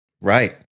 Right